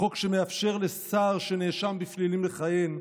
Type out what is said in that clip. החוק שמאפשר לשר שנאשם בפלילים לכהן,